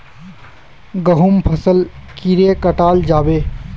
गहुम फसल कीड़े कटाल जाबे?